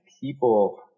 people